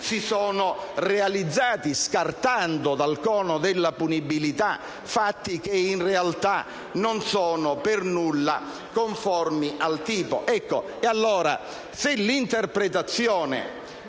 grazie a tutto